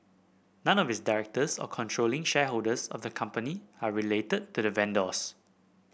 none of its directors or controlling shareholders of the company are related to the vendors